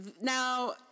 Now